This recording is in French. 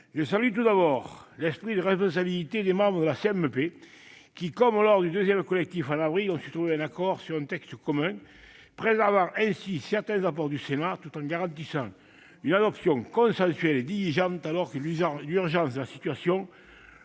Je salue d'abord l'esprit de responsabilité des membres de la commission mixte paritaire, qui, comme lors du deuxième collectif d'avril, ont su trouver un accord sur un texte commun, préservant ainsi certains apports du Sénat, tout en garantissant une adoption consensuelle et diligente, alors que l'urgence de la situation